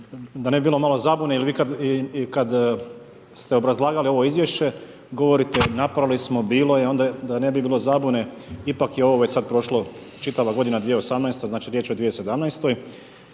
da ne bi bilo malo zabune jer vi kad ste obrazlagali ovo izvješće, govorite napravili smo, bilo je, onda da ne bilo zabune, ipak je ovo već sad prošlo čitava godina 2018., znači riječ je o 2017.,